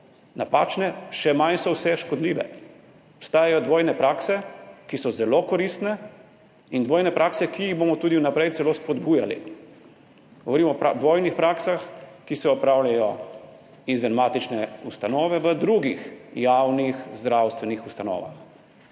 napačne, še manj so vse škodljive. Obstajajo dvojne prakse, ki so zelo koristne, in dvojne prakse, ki jih bomo tudi vnaprej celo spodbujali. Govorimo o dvojnih praksah, ki se opravljajo izven matične ustanove v drugih javnih zdravstvenih ustanovah,